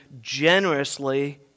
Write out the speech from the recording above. generously